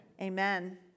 Amen